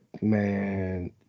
man